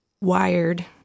wired